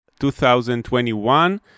2021